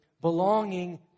belonging